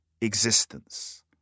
existence